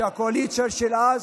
הקואליציה של אז,